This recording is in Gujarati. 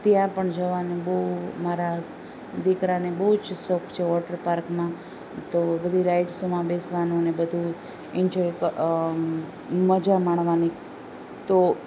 ત્યાં પણ જવાની બહુ મારા દીકરાને બહુ જ શોખ છે વૉટરપાર્કમાં તો બધી રાઇડસોમાં બેસવાનુંને બધો ઇનજોય મઝા માણવાની તો